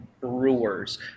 Brewers